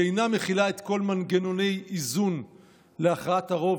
שאינה מכילה כל מנגנוני איזון להכרעת הרוב,